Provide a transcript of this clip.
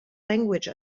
language